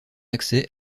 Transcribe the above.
accès